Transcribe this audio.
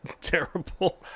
terrible